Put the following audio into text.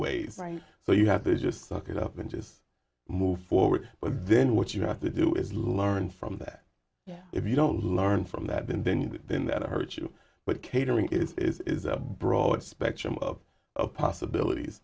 right so you have to just suck it up and just move forward but then what you have to do is learn from that if you don't learn from that and then you know then that hurt you but catering is a broad spectrum of possibilities